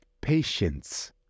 Patience